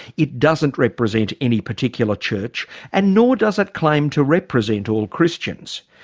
it doesn't represent any particular church and nor does it claim to represent all christians.